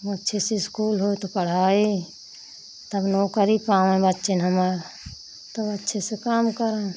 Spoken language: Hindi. अच्छा सा स्कूल हो तो पढ़ाए तब नौकरी पावें बच्चन हमार तब अच्छे से काम करें